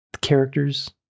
characters